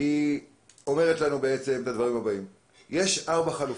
היא אומרת שיש ארבע חלופות,